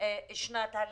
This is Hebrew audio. שנת הלימודים.